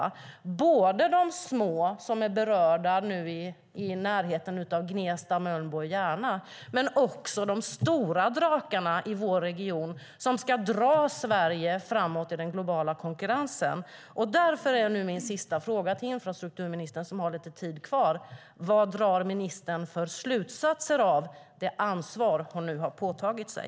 Det gäller både de små företagen som är berörda i närheten av Gnesta, Mölnbo och Järna och de stora drakarna i vår region som ska dra Sverige framåt i den globala konkurrensen. Därför är min sista fråga till infrastrukturministern som har lite tid kvar: Vilka slutsatser drar ministern av det ansvar hon nu har påtagit sig?